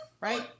right